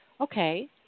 okay